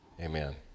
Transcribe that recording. Amen